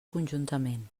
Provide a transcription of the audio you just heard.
conjuntament